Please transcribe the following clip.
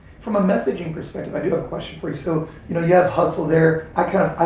from a messaging perspective, i do have a question for you. so you know, you have hustle there, i kind of, i